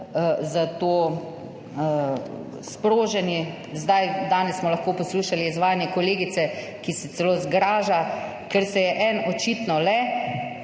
za to sproženi. Danes smo lahko poslušali izvajanje kolegice, ki se celo zgraža, ker se je eden očitno le